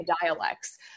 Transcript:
dialects